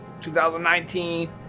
2019